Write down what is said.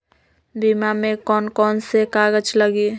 बीमा में कौन कौन से कागज लगी?